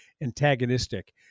antagonistic